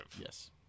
Yes